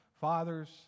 Fathers